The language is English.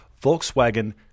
Volkswagen